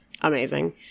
amazing